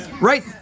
Right